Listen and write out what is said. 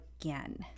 again